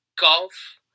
golf